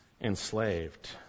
enslaved